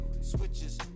Switches